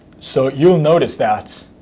so you'll notice that